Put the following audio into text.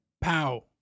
Pow